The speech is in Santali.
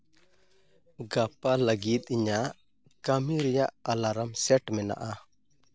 ᱜᱟᱯᱟ ᱞᱟᱹᱜᱤᱫ ᱤᱧᱟᱹᱜ ᱠᱟᱹᱢᱤ ᱨᱮᱭᱟᱜ ᱮᱞᱟᱨᱟᱢ ᱥᱮᱴ ᱢᱮᱱᱟᱜᱼᱟ